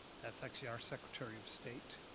that's actually our secretary of state.